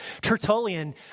Tertullian